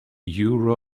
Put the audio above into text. euro